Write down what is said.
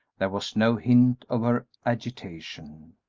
there was no hint of her agitation.